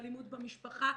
אלימות במשפחה,